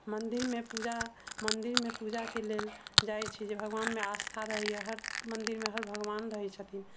मन्दिर मे पूजा मन्दिर मे पूजा के लेल जाइ छी जे भगबान मे आस्था रहैए हर मन्दिर मे हर भगबान रहै छथिन